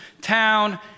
town